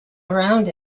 around